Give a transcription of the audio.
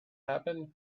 happened